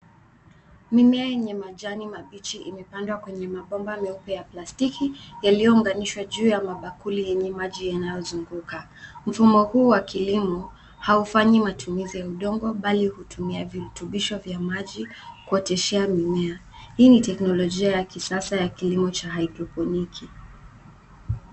Mimea yenye majani mabichi imepandwa kwenye mabomba meupe ya plastiki yaliyounganishwa juu ya mabakuli yenye maji yanayozunguka. Mfumo huu wa kilimo, haufanyi matumizi ya udongo, bali hutumia virutubisho vya maji kutishia mimea. Hii ni teknolojia ya kisasa ya kilimo cha haidroponiki.